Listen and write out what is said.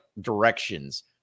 directions –